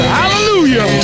hallelujah